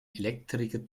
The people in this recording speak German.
elektriker